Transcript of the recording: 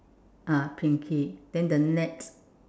ah pinky then the net